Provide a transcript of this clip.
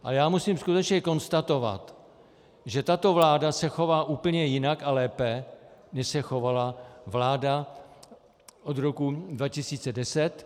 A musím skutečně konstatovat, že tato vláda se chová úplně jinak a lépe, než se chovala vláda od roku 2010.